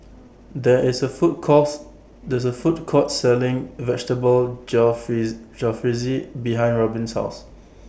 There IS A Food Courts This A Food Court Selling Vegetable Jalfrezi Jalfrezi behind Robyn's House